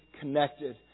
connected